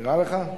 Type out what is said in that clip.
נראה לך?